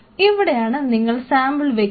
ഇവിടെയാണ് നിങ്ങൾ സാമ്പിൾ വയ്ക്കുന്നത്